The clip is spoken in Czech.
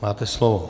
Máte slovo.